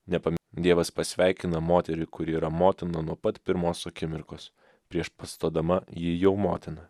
ne dievas pasveikina moterį kuri yra motina nuo pat pirmos akimirkos prieš pastodama ji jau motina